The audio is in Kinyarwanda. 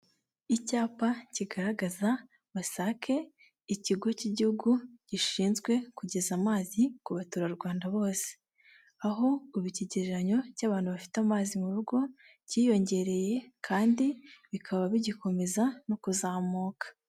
Icyapa kigaragaza Wasake, Ikigo cy'Igihugu gishinzwe kugeza amazi ku baturarwanda bose. Aho ubu ikigereranyo cy'abantu bafite amazi mu rugo kiyongereye kandi bikaba bigikomeza no kuzamuka.